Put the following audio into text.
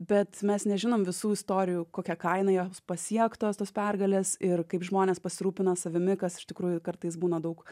bet mes nežinom visų istorijų kokia kaina jos pasiektos tos pergalės ir kaip žmonės pasirūpina savimi kas iš tikrųjų kartais būna daug